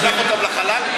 תשלח אותם לחלל?